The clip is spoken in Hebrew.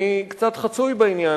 אני קצת חצוי בעניין,